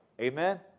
Amen